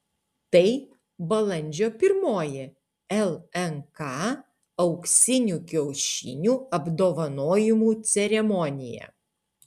tai balandžio pirmoji lnk auksinių kiaušinių apdovanojimų ceremonija